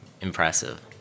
impressive